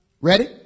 Ready